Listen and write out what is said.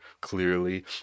clearly